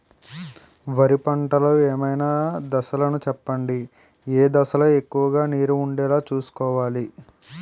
వరిలో పంటలు ఏమైన దశ లను చెప్పండి? ఏ దశ లొ ఎక్కువుగా నీరు వుండేలా చుస్కోవలి?